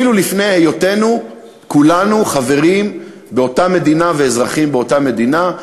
אפילו לפני היותנו כולנו חברים באותה מדינה ואזרחים באותה מדינה.